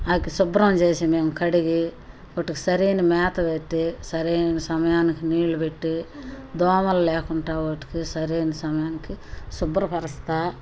అది శుభ్రం చేసి మేము కడిగి వాటికి సరైన మేత పెట్టి సరైన సమయానికి నీళ్ళు పెట్టి దోమలు లేకుండా వాటికి సరైన సమయానికి శుభ్రపరుస్తూ